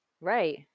Right